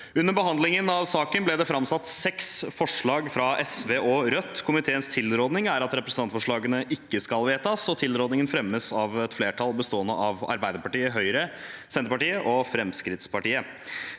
Under behandlingen av saken er det framsatt seks forslag fra SV og Rødt. Komiteens tilråding er at representantforslagene ikke skal vedtas, og tilrådingen fremmes av et flertall bestående av Arbeiderpartiet, Høyre, Senterpartiet og Fremskrittspartiet.